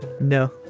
No